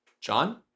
John